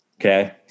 Okay